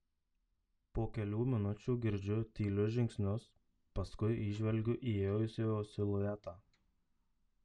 po kelių minučių girdžiu tylius žingsnius paskui įžvelgiu įėjusiojo siluetą